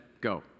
go